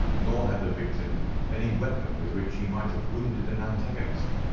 nor had the victim any weapon with which he might have wounded an antagonist.